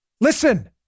Listen